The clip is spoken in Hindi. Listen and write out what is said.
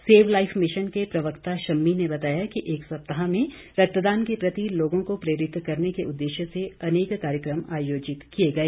सेव लाइफ मिशन के प्रवक्ता शम्मी ने बताया कि एक सप्ताह में रक्तदान के प्रति लोगों को प्रेरित करने के उद्देश्य से अनेक कार्यक्रम आयोजित किए गए